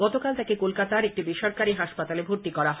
গতকাল তাকে কলকাতায় একটি বেসরকারি হাসপাতালে ভর্তি করা হয়